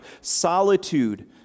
Solitude